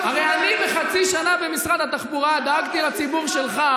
הרי אני בחצי שנה במשרד התחבורה דאגתי לציבור שלך